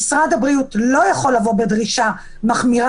משרד הבריאות לא יכול לבוא בדרישה מחמירה